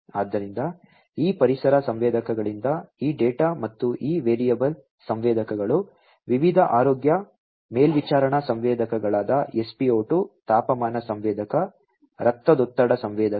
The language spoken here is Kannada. ಆದ್ದರಿಂದ ಈ ಪರಿಸರ ಸಂವೇದಕಗಳಿಂದ ಈ ಡೇಟಾ ಮತ್ತು ಈ ವೇರಿಯಬಲ್ ಸಂವೇದಕಗಳು ವಿವಿಧ ಆರೋಗ್ಯ ಮೇಲ್ವಿಚಾರಣಾ ಸಂವೇದಕಗಳಾದ spo2 ತಾಪಮಾನ ಸಂವೇದಕ ರಕ್ತದೊತ್ತಡ ಸಂವೇದಕ